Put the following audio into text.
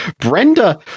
Brenda